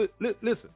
listen